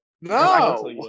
No